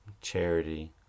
Charity